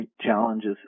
challenges